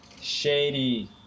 Shady